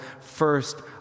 first